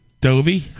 Dovey